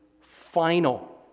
final